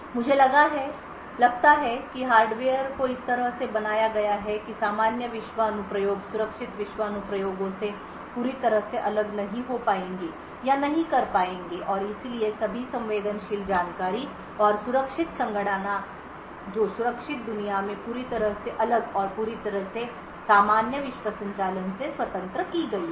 मुझे लगता है कि हार्डवेयर को इस तरह से बनाया गया है कि सामान्य विश्व अनुप्रयोग सुरक्षित विश्व अनुप्रयोगों से पूरी तरह से अलग नहीं हो पाएंगे या नहीं कर पाएंगे और इसलिए सभी संवेदनशील जानकारी और सुरक्षित संगणना जो सुरक्षित दुनिया में पूरी तरह से अलग और पूरी तरह से सामान्य विश्व संचालन से स्वतंत्र की गई है